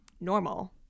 normal